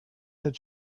had